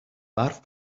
برف